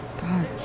god